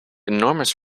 enormous